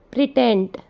Pretend